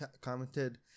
commented